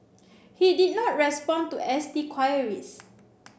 he did not respond to S T queries